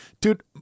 Dude